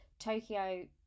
Tokyo